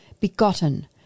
begotten